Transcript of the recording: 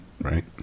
right